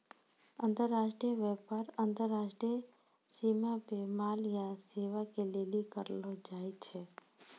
अन्तर्राष्ट्रिय व्यापार अन्तर्राष्ट्रिय सीमा पे माल या सेबा के लेली करलो जाय छै